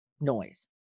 noise